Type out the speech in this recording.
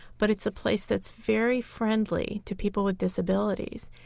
but it's a place that's very friendly to people with disabilities.